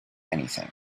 anything